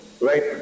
right